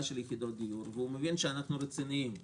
של יחידות דיור והוא מבין שאנחנו רציניים,